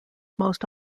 most